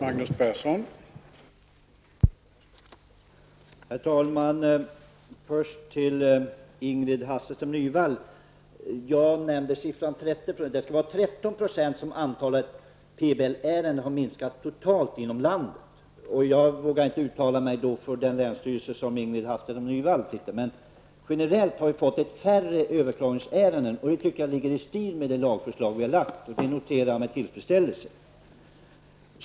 Herr talman! Först till Ingrid Hasselström Nyvall. Jag nämnde siffran 30 %, men det skall vara 13 % som antalet PBL-ärendet har minskat totalt inom landet. Jag vågar inte uttala mig för den länsstyrelse som Ingrid Hasselström Nyvall nämnde. Men generellt sett har vi fått färre antal överklagningsärenden. Det tycker jag ligger i linje med det lagförslag vi har lagt fram. Jag noterar det med tillfredsställelse.